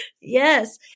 Yes